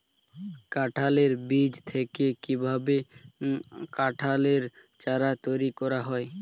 কাঁঠালের বীজ থেকে কীভাবে কাঁঠালের চারা তৈরি করা হয়?